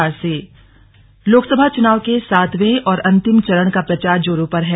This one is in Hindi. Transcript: लोकसभा चुनाव लोकसभा चुनाव के सातवें और अंतिम चरण का प्रचार जोरों पर है